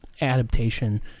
adaptation